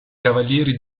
cavalieri